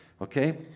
Okay